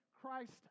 Christ